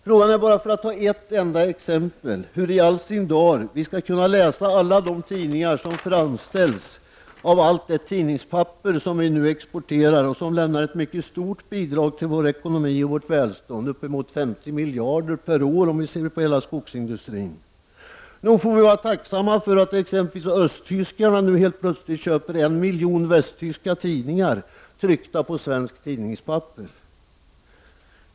Frågan är bara, för att ta ett enda exempel, hur i all sin dar vi skall kunna läsa alla tidningar som framställs av allt det tidningspapper vi nu exporterar och som lämnar ett mycket stort bidrag till vår ekonomi och vårt välstånd. Det är fråga om 50 miljarder kronor per år — om vi ser på hela skogsindustrin. Nog får vi vara tacksamma för att exempelvis östtyskarna nu helt plötsligt köper en miljon västtyska tidningar tryckta på svenskt tidningspapper.